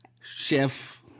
Chef